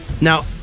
Now